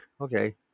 okay